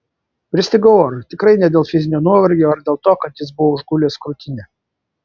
pristigau oro tikrai ne dėl fizinio nuovargio ar dėl to kad jis buvo užgulęs krūtinę